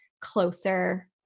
closer